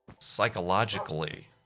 Psychologically